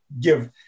give